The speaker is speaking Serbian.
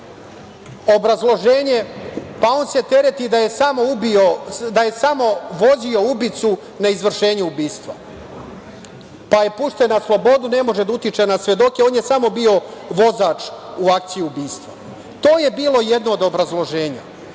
Obrazloženje – pa on se tereti da je samo vozio ubicu na izvršenje ubistva, pa je pušten na slobodu, ne može da utiče na svedoke, on je samo bio vozač u akciji ubistva. To je bilo jedno od obrazloženja,